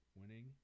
winning